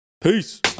Peace